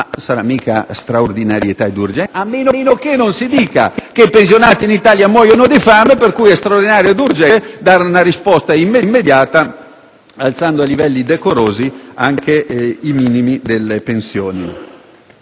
di straordinarietà ed urgenza; a meno che non si dica che i pensionati in Italia muoiono di fame per cui è considerato straordinario ed urgente dare una risposta immediata alzando a livelli decorosi anche i minimi delle pensioni.